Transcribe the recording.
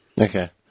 Okay